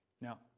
Now